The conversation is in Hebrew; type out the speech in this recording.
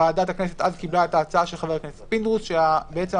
וועדת הכנסת קיבלה את ההצעה של חבר הכנסת פינדרוס שהפריסה